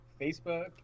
Facebook